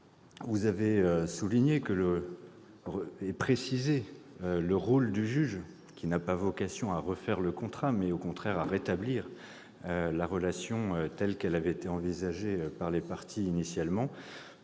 Vous avez précisé le rôle du juge, qui n'a pas vocation à refaire le contrat, mais, au contraire, à rétablir la relation telle qu'elle avait été envisagée par les parties initialement.